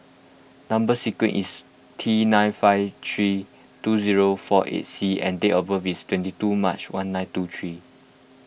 Number Sequence is T nine five three two zero four eight C and date of birth is twenty two March one nine two three